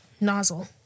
nozzle